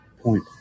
Point